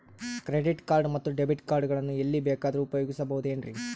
Credit card ಮತ್ತು debit card ಗಳನ್ನು ಎಲ್ಲಿ ಬೇಕಾದ್ರು ಉಪಯೋಗಿಸಬಹುದೇನ್ರಿ?